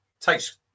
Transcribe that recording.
takes